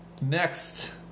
Next